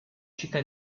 città